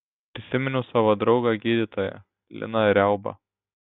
prisiminiau savo draugą gydytoją liną riaubą